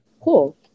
Cool